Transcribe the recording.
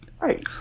Right